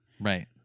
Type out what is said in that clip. Right